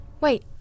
Wait